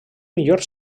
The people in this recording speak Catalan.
millor